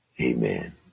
Amen